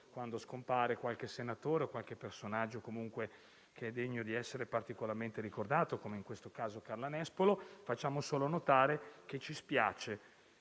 quando scompare qualche senatore o qualche personaggio degno di essere particolarmente ricordato, come in questo caso Carla Nespoli, facciamo solo notare - e ci spiace